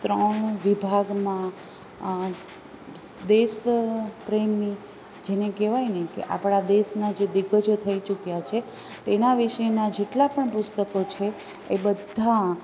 ત્રણ વિભાગમાં દેશપ્રેમી જેને કહેવાયને આપણા દેશના જે દિગ્ગજો થઈ ચૂક્યાં છે તેના વિષેના જેટલા પણ પુસ્તકો છે એ બધાં